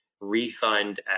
refund